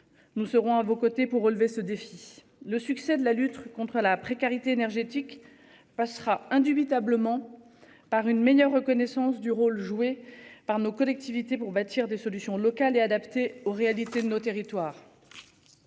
Nous serons à vos côtés pour relever ce défi. Le succès de la lutte contre la précarité énergétique passera indubitablement par une meilleure reconnaissance du rôle joué par nos collectivités pour bâtir des solutions locales et adapté aux réalités de nos territoires.